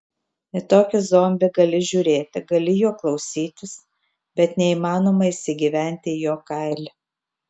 į tokį zombį gali žiūrėti gali jo klausytis bet neįmanoma įsigyventi į jo kailį